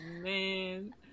man